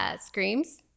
screams